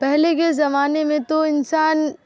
پہلے کے زمانے میں تو انسان